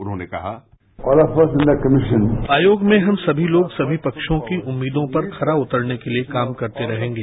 उन्होंने कहा आयोग में हम सभी लोग सभी पक्षों की उम्मीदों पर खरा उतरने के लिए काम करते रहेंगे